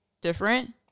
different